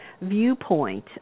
viewpoint